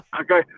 Okay